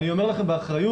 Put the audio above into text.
אני אומר לכם באחריות,